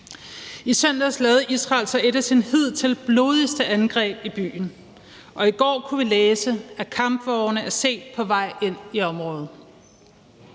I søndags lavede Israel så et af deres hidtil blodigste angreb i byen. Og i går kunne vi læse, at kampvogne er set på vej ind i området.